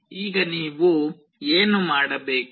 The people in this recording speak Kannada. ಈಗ ನೀವು ಏನು ಮಾಡಬೇಕು